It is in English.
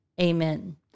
Amen